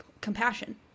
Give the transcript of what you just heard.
compassion